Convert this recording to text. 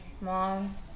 mom